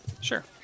Sure